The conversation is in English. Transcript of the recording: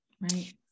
right